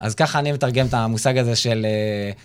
אז ככה אני מתרגם את ה...מושג הזה של אה...